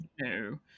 No